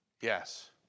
Yes